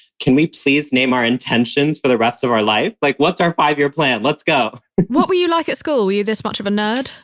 can we please name our intentions for the rest of our life? like, what's our five year plan? let's go what were you like at school? were you this much of a nerd?